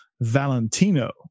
Valentino